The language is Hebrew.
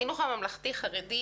הממלכתי-חרדי,